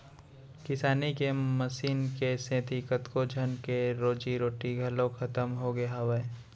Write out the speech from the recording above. किसानी के मसीन के सेती कतको झन के रोजी रोटी घलौ खतम होगे हावय